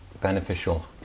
beneficial